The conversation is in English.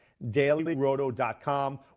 DailyRoto.com